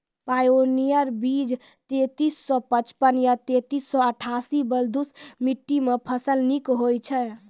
Pioneer बीज तेंतीस सौ पचपन या तेंतीस सौ अट्ठासी बलधुस मिट्टी मे फसल निक होई छै?